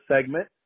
segment